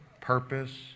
purpose